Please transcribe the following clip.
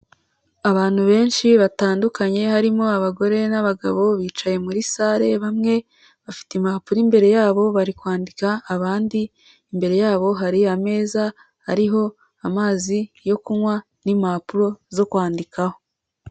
Abantu benshi batandukanye, harimo abagore n'abagabo, bicaye muri sale bamwe bafite impapuro imbere yabo bari kwandika, abandi imbere yabo hari ameza ariho amazi yo kunywa n'impapuro zo kwandikaho.